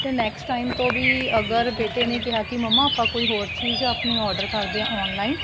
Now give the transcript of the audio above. ਅਤੇ next time ਤੋਂ ਵੀ ਅਗਰ ਬੇਟੇ ਨੇ ਕਿਹਾ ਕਿ ਮੰਮਾ ਆਪਾਂ ਕੋਈ ਹੋਰ ਚੀਜ਼ ਆਪਣੀ ਓਡਰ ਕਰਦੇ ਹਾਂ ਔਨਲਾਈਨ